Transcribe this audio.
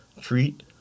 treat